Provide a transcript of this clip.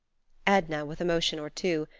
edna, with a motion or two,